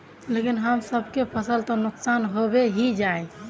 लेकिन हम सब के फ़सल तो नुकसान होबे ही जाय?